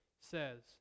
says